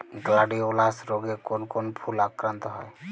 Gladiolus রোগে কোন কোন ফুল আক্রান্ত হয়?